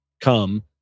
come